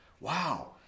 Wow